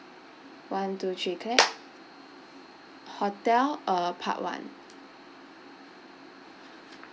one two three clap hotel uh part one